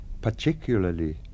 particularly